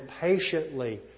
patiently